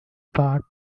part